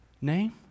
name